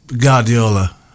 Guardiola